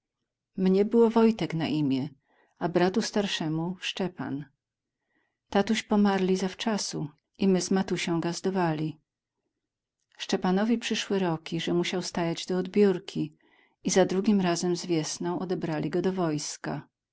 mnie było wojtek na imię a bratu starszemu szczepan tatuś pomarli zawczasu i my z matusią gazdowali szczepanowi przyszły roki że musiał stajać do odbiórki i za drugim razem z wiesną odebrali go do wojska